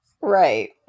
Right